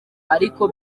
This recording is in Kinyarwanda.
ariko